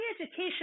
education